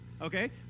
okay